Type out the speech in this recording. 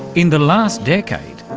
in the last decade,